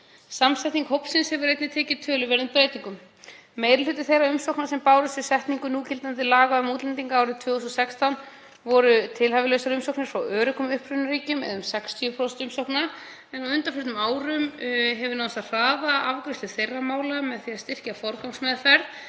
Samsetning hópsins hefur einnig tekið töluverðum breytingum. Meiri hluti þeirra umsókna sem bárust við setningu núgildandi laga um útlendinga árið 2016 var vegna tilhæfulausra umsókna frá öruggum upprunaríkjum, eða um 60% umsókna, en á undanförnum árum hefur náðst að hraða afgreiðslu þeirra mála með því að styrkja forgangsmeðferð.